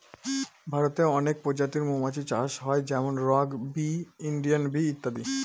ভারতে অনেক প্রজাতির মৌমাছি চাষ হয় যেমন রক বি, ইন্ডিয়ান বি ইত্যাদি